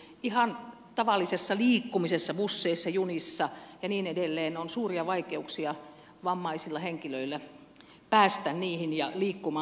ihan tavallisessa liikkumisessa busseissa junissa ja niin edelleen on suuria vaikeuksia vammaisilla henkilöillä päästä niihin ja liikkumaan